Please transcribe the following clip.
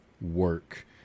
work